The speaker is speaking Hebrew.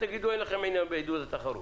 תגידו שאין לכם עניין בעידוד התחרות.